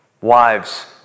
Wives